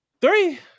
three